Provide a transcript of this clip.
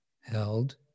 held